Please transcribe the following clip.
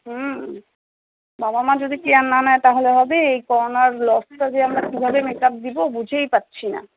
হুম বাবা মা যদি কেয়ার না নেয় তাহলে হবে এই করোনার লসটা যে আমরা কীভাবে মেকআপ দিবো বুঝেই পাচ্ছি না